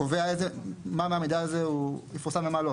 קובע איזה, מה מהמידע הזה הוא יפורסם ומה לא.